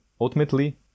ultimately